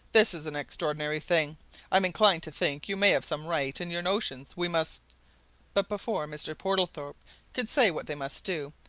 this is an extraordinary thing i'm inclined to think you may have some right in your notions. we must but before mr. portlethorpe could say what they must do,